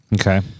Okay